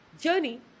journey